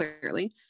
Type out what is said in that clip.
clearly